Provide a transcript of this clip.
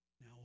Now